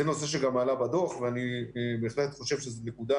זה נושא שגם עלה בדוח ואני בהחלט חושב שזאת נקודה